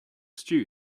stew